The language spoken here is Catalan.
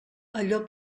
allò